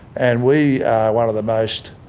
and we are one of the most